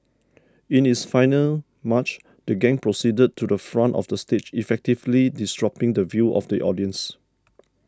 in its final march the gang proceeded to the front of the stage effectively disrupting the view of the audiences